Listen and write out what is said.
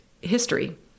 history